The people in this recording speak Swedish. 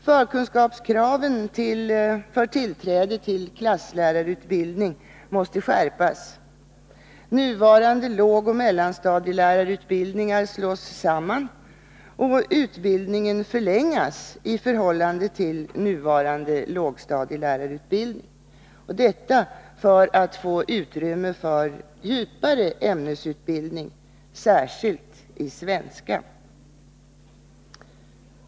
Förkunskapskraven för tillträde till klasslärarutbildning måste skärpas, nuvarande lågoch mellanstadielärarutbildningar slås samman och utbildningen förlängas i förhållande till nuvarande lågstadielärarutbildning — detta för att få utrymme för djupare ämnesutbildning, särskilt i svenska.